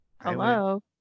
Hello